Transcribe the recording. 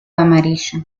amarillo